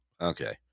Okay